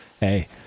hey